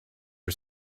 are